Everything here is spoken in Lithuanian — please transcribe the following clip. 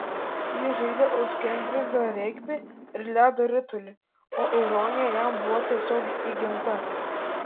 jis žaidė už kembridžą regbį ir ledo ritulį o ironija jam buvo tiesiog įgimta